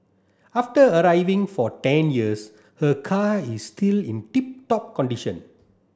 after arriving for ten years her car is still in tip top condition